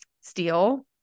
steel